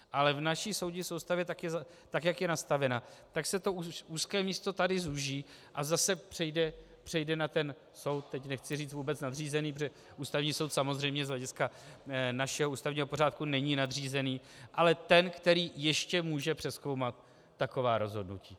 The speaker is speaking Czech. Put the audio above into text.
Ale v naší soudní soustavě, tak jak je nastavena, tak se to úzké místo tady zúží a zase přejde na ten soud, teď nechci říct vůbec nadřízený, protože Ústavní soud samozřejmě z hlediska našeho ústavního pořádku není nadřízený, ale ten, který ještě může přezkoumat taková rozhodnutí.